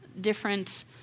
different